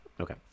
Okay